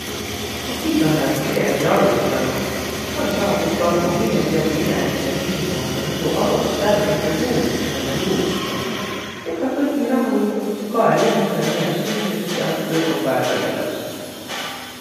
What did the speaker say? Ma iks kimmähe pigemb jalutanuq. Ma ei saaq tuust arvo, mille piät inemiseq niimoodu, nigu arost ärq, muudku juuskma ja juuskma. Võtaq kõnniq rahuligult ja kaeq ümbre, miä sünnüs ja kõik om väega illos.